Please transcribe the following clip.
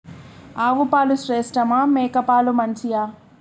ఆవు పాలు శ్రేష్టమా మేక పాలు మంచియా?